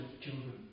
children